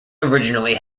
originally